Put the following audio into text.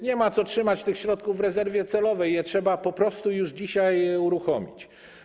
Nie ma co trzymać tych środków w rezerwie celowej, trzeba je po prostu już dzisiaj uruchomić.